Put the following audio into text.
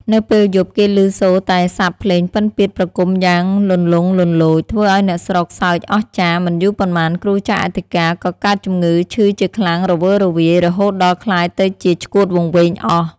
នៅពេល យប់ គេឮសូរតែសព្ទភ្លេងពិណពាទ្យប្រគំយ៉ាងលន្លង់លន្លោច ធ្វើឲ្យអ្នកស្រុកសើចអស្ចារ្យ មិនយូរប៉ុន្មានគ្រូចៅអធិការ ក៏កើតជំងឺឈឺជាខ្លាំងរវើរវាយ រហូតដល់ក្លាយទៅជាឆ្កួតវង្វេងអស់ ។